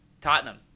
Tottenham